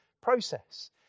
process